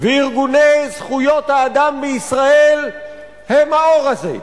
וארגוני זכויות האדם בישראל הם האור הזה.